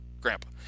Grandpa